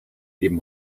eben